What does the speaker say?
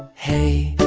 hey,